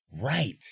Right